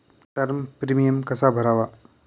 Term premium कसा भरावा?